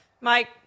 Mike